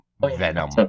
Venom